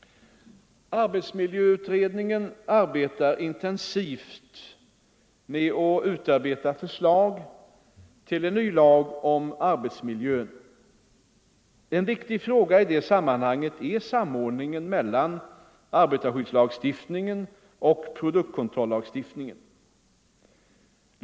Arbetsmiljöutredningen arbetar intensivt med att utarbeta förslag till en ny lag om arbetsmiljön. En viktig fråga i det sammanhanget är samordningen mellan arbetarskyddslagstiftningen och produktkontrollagstiftningen.